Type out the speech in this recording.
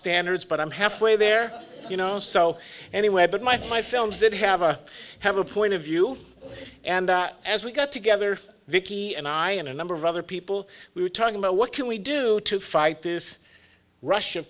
standards but i'm halfway there you know so anyway but my films did have a have a point of view and as we got together vicki and i and a number of other people we were talking about what can we do to fight this rush of